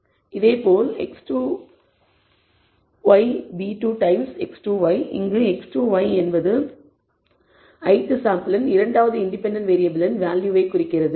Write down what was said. இதேபோல் x2 y β2 times x2 y இங்கு x2 y என்பது ith சாம்பிளின் இரண்டாவது இண்டிபெண்டன்ட் வேறியபிள்களின் வேல்யூவை குறிக்கிறது